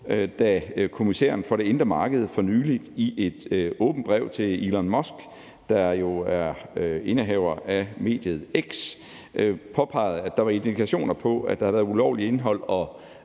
da kommissæren for det indre marked for nylig i et åbent brev til Elon Musk, der jo er indehaver af mediet X, påpegede, at der var indikationer på, at der havde været bragt ulovligt indhold